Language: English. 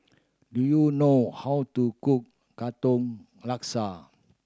do you know how to cook Katong Laksa